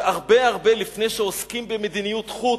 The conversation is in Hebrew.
שהרבה הרבה לפני שעוסקים במדיניות חוץ,